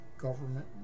government